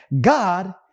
God